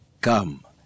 come